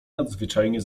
nadzwyczajnie